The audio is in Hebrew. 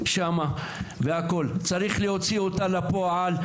צריך להוציא אותה לפועל,